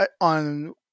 on